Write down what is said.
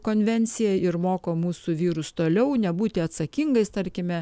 konvencija ir moko mūsų vyrus toliau nebūti atsakingais tarkime